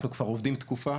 אנחנו כבר עובדים תקופה,